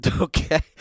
Okay